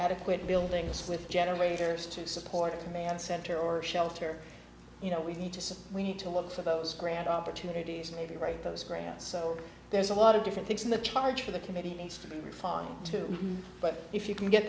adequate buildings with generators to support a command center or a shelter you know we need to say we need to look for those grand opportunities and maybe write those grants so there's a lot of different things and the charge for the committee needs to be refined to but if you can get